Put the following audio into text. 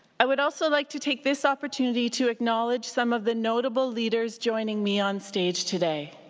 i would also like to take this opportunity to acknowledge some of the notable leaders joining me on stage today.